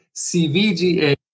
CVGA